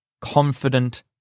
confident